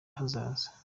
hazaza